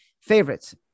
FAVORITES